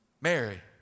Mary